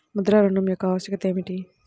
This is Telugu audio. ముద్ర ఋణం యొక్క ఆవశ్యకత ఏమిటీ?